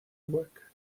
work